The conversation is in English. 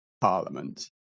Parliament